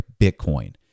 Bitcoin